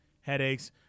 headaches